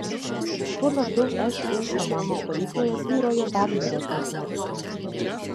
tuo metu šu komandos stovykloje tvyrojo dar niūresnės nuotaikos